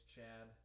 Chad